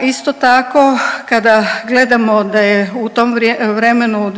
Isto tako kada gledamo da je u tom vremenu